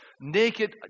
naked